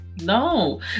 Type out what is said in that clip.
No